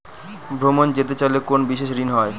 ভ্রমণে যেতে চাইলে কোনো বিশেষ ঋণ হয়?